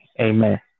Amen